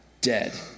dead